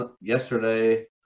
yesterday